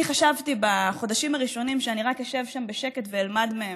אני חשבתי שבחודשים הראשונים אני רק אשב שם בשקט ואלמד מהם.